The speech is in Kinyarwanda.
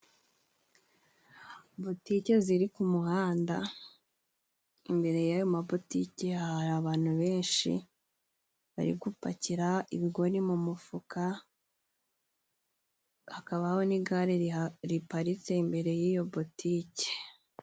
Butike ziri ku muhanda imbere y'ayo mabotike hari abantu benshi bari gupakira ibigori mu mufuka, hakabaho n'igare riparitse imbere y'iyo botike.